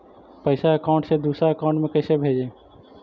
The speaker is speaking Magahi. पैसा अकाउंट से दूसरा अकाउंट में कैसे भेजे?